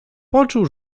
poczuł